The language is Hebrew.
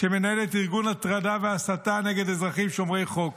שמנהלת ארגון הטרדה והסתה נגד אזרחים שומרי חוק.